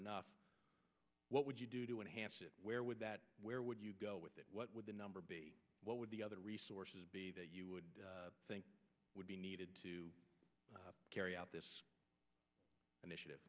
enough what would you do to enhance it where would that where would you go with it what would the number be what would the other resources be that you would think would be needed to carry out this initiative